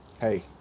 hey